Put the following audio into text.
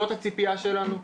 זאת הציפייה שלנו?